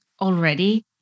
already